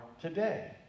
today